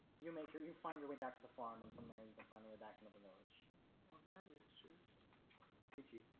you make sure you find your way back to the farm and from there you can find me backing up the village that is just peachy